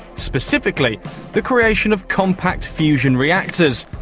specifically the creation of compact fusion reactors.